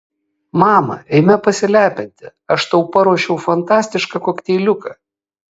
mama eime pasilepinti aš tau paruošiau fantastišką kokteiliuką